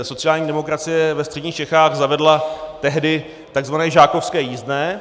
Sociální demokracie ve středních Čechách zavedla tehdy tzv. žákovské jízdné.